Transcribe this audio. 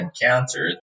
encountered